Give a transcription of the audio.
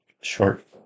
short